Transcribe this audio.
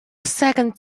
second